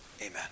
Amen